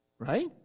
Right